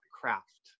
craft